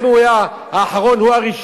גם אם הוא היה האחרון הוא הראשון,